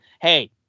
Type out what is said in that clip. hey